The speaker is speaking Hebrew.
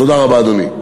תודה רבה, אדוני.